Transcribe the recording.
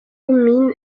min